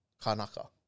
Kanaka